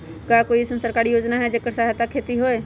का कोई अईसन सरकारी योजना है जेकरा सहायता से खेती होय?